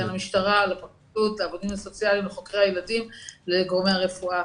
בין המשטרה לפרקליטות לעובדים הסוציאליים לחוקרי הילדים ולגורמי הרפואה.